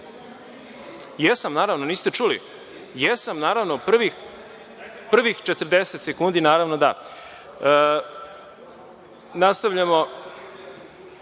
Jesam, naravno, niste čuli, jesam, naravno, prvih 40 sekundi, naravno, da. Zahvaljujem.